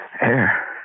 Air